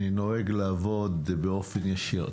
אני נוהג לעבוד באופן ישיר.